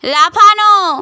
লাফানো